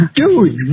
dude